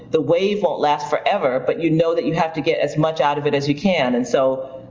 the wave won't last forever, but you know that you have to get as much out of it as you can. and so